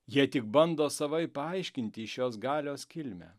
jie tik bando savaip paaiškinti šios galios kilmę